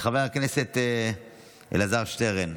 חבר הכנסת אלעזר שטרן,